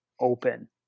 open